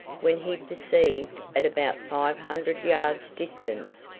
when he perceived, at about five hundred yards' distance,